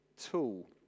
tool